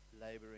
laboring